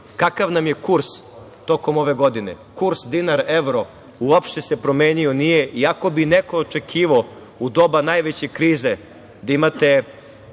kakav nam je kurs tokom ove godine, kurs dinar - evro uopšte se promenio nije, iako bi neko očekivao u doba najveće krize da imate